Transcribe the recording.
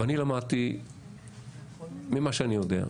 אבל אני למדתי ממה שאני יודע,